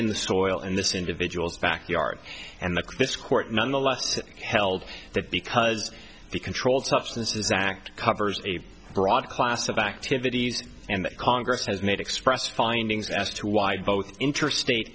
in the school and this individual's backyard and this court nonetheless held that because the controlled substances act covers a broad class of activities and that congress has made express findings as to why both interstate